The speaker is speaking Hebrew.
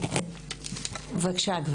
בבקשה.